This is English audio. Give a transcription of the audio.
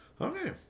Okay